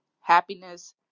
Happiness